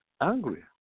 Angry